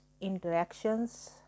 interactions